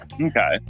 okay